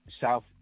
South